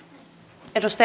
arvoisa